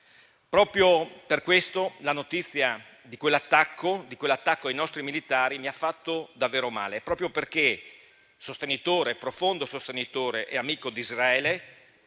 Proprio per questo la notizia di quell'attacco ai nostri militari mi ha fatto davvero male, proprio perché profondo sostenitore e amico di Israele;